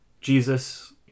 Jesus